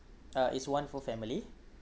uh it's one full family